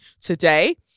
today